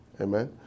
amen